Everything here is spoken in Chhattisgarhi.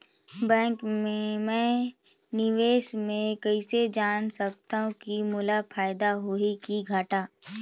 बैंक मे मैं निवेश मे कइसे जान सकथव कि मोला फायदा होही कि घाटा?